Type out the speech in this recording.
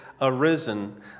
Arisen